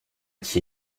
qui